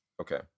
Okay